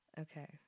Okay